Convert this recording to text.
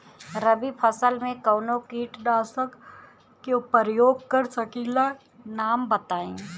रबी फसल में कवनो कीटनाशक के परयोग कर सकी ला नाम बताईं?